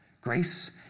Grace